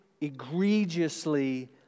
egregiously